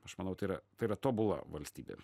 aš manau tai yra tai yra tobula valstybė